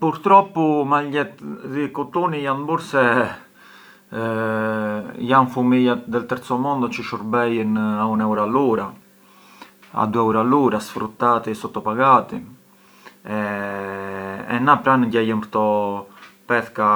Purtroppu maljetë dhi kutuni jan burë se jan fumijat di u terzu mondu çë shurbejën a un euru all’ura, a du euru all’ura, sfruttati, sottopagati e na gjejëm këto pethka